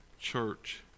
church